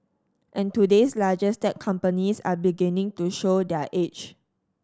and today's largest tech companies are beginning to show their age